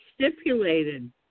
stipulated